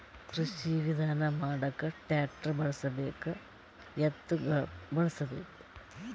ಕೃಷಿ ವಿಧಾನ ಮಾಡಾಕ ಟ್ಟ್ರ್ಯಾಕ್ಟರ್ ಬಳಸಬೇಕ, ಎತ್ತು ಬಳಸಬೇಕ?